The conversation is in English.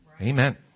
Amen